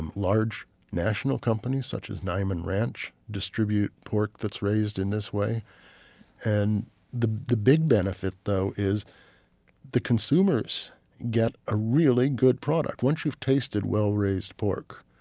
and large national companies such as niman ranch distribute pork that's raised in this way and the the big benefit is the consumers get a really good product. once you've tasted well-raised pork,